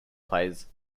plays